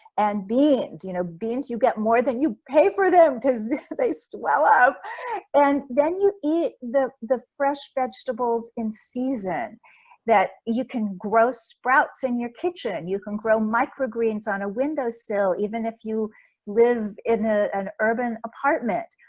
and beans, you know beans you get more than you pay for them cause they swell up and then you eat the the fresh vegetables in season that you can grow sprouts in your kitchen, you can grow microgreens on a window sill even if you live in ah an urban apartment.